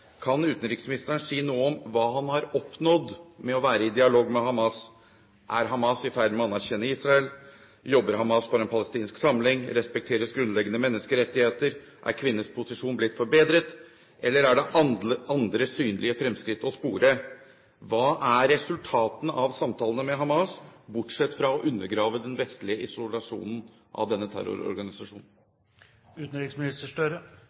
Kan utenriksministeren si noe om hva han har oppnådd med å være i dialog med Hamas? Er Hamas i ferd med å anerkjenne Israel, jobber Hamas for en palestinsk samling, respekteres grunnleggende menneskerettigheter, er kvinners posisjon blitt forbedret, eller er det andre synlige fremskritt å spore? Hva er resultatene av samtalene med Hamas, bortsett fra å undergrave den vestlige isolasjonen av denne